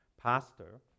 pastor